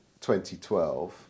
2012